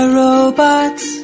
robots